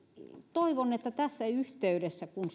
toivon että tässä yhteydessä kun